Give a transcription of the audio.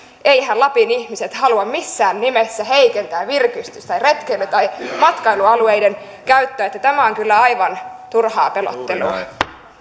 eiväthän lapin ihmiset halua missään nimessä heikentää virkistys retkeily tai matkailualueiden käyttöä tämä on kyllä aivan turhaa pelottelua